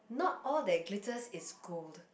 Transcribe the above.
not all that glitters is gold